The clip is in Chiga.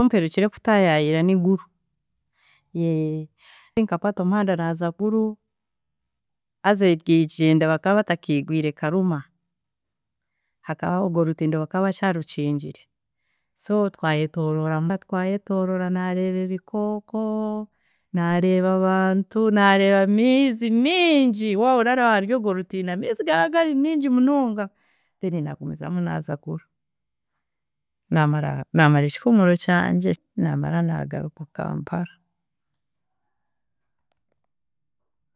Himperukire kutayayira ni Gulu, nkakwata omuhanda naza Gulu haza eryigyenda bakaba batakigwire Karuma, hakaba ogwerutindo bakaba bakyarukingire, so twayetooroora mpaka, twayetooroora naareeba ebikooko, naareeba abantu, naareeba amiizi mingi, woba oraraba aharyogwe rutindo amiizi garaba gari mingi munonga, then naagumizamu naaza Gulu, naamara, naamara ekihumuro kyangye, naamara naagaruka Kampala.